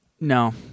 no